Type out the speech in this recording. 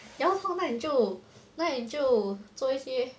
腰痛那你就那你就做一些